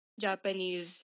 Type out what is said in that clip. Japanese